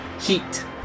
Heat